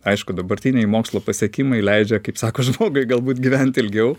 aišku dabartiniai mokslo pasiekimai leidžia kaip sako žmogui galbūt gyvent ilgiau